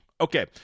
Okay